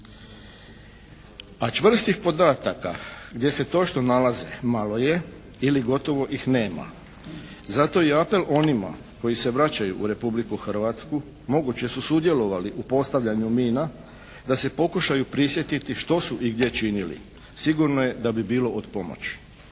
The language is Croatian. A čvrstih podataka gdje se točno nalaze malo je ili gotovo ih nema. Zato je apel onima koji se vraćaju u Republiku Hrvatsku moguće su sudjelovali u postavljanju mina da se pokušaju prisjetiti što su i gdje činili. Sigurno je da bi bilo od pomoći.